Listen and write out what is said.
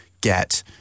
get